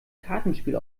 kartenspiel